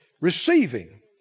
Receiving